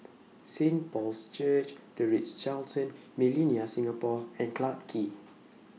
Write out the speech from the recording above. Saint Paul's Church The Ritz Carlton Millenia Singapore and Clarke Quay